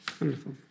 Wonderful